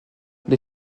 les